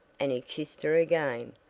and he kissed her again.